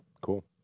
Cool